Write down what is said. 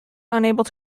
unable